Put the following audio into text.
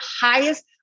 highest